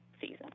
season